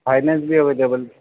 finance be available